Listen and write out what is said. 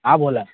हा बोला